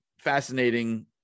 fascinating